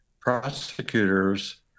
prosecutors